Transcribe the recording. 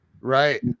Right